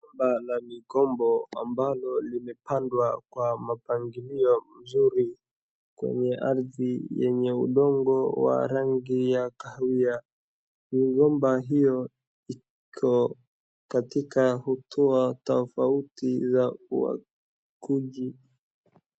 Shamba la migomba ambalo limepandwa kwa mapangilio mzuri. Kwenye ardhi yenye udongo ya rangi ya kawia migomba hiyo iko katika hatua tofauti zakuji.